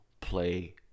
play